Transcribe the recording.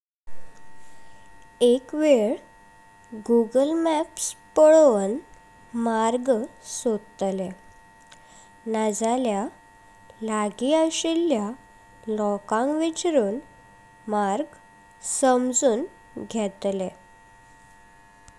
एक वेळ Google Maps पळव मार्ग सोडतले, नजरस लागी अशिल्ल्या लोकांक वचून मार्ग समजून घेतले।